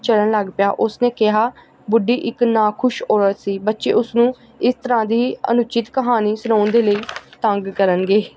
ਚੱਲਣ ਲੱਗ ਪਿਆ ਉਸਨੇ ਕਿਹਾ ਬੁੱਢੀ ਇੱਕ ਨਾਖੁਸ਼ ਔਰਤ ਸੀ ਬੱਚੇ ਉਸਨੂੰ ਇਸ ਤਰ੍ਹਾਂ ਦੀ ਅਣਉਚਿਤ ਕਹਾਣੀ ਸੁਣਾਉਣ ਦੇ ਲਈ ਤੰਗ ਕਰਨਗੇ